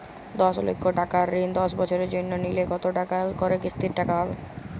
দশ লক্ষ টাকার ঋণ দশ বছরের জন্য নিলে কতো টাকা করে কিস্তির টাকা হবে?